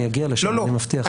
אגיע לשם, אני מבטיח.